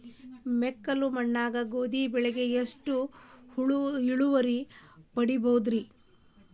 ಮೆಕ್ಕಲು ಮಣ್ಣಾಗ ಗೋಧಿ ಬೆಳಿಗೆ ಎಷ್ಟ ಇಳುವರಿ ಪಡಿಬಹುದ್ರಿ?